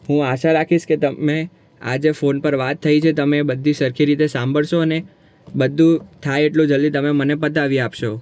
હું આશા રાખીશ કે તમે આ જે ફોન પર વાત થઈ છે તમે એ બધી સરખી રીતે સાંભળશો અને બધું થાય એટલું જલ્દી તમે મને પતાવી આપશો